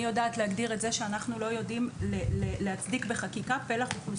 אני יודעת להגדיר את זה שאנחנו לא יודעים להצדיק בחקיקה פלח אוכלוסייה.